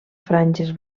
franges